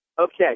Okay